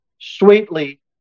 sweetly